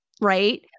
right